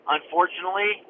Unfortunately